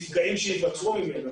ולמפגעים שייווצרו ממנה.